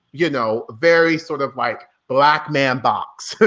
you know, very sort of like black man box,